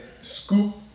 scoop